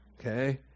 Okay